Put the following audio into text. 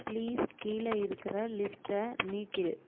please கீழே இருக்கிற லிஸ்ட்டை நீக்கிடு